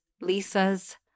Lisa's